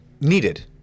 Needed